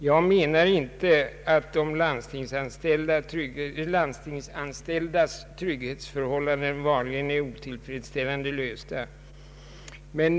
Jag menar inte att de landstingsanställdas trygghetsförhållanden vanligen är otillfredsställande ordnade.